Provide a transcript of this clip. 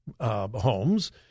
homes